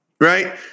Right